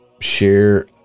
share